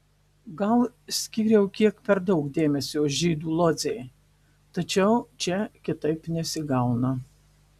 gal skyriau kiek per daug dėmesio žydų lodzei tačiau čia kitaip nesigauna